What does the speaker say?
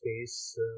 space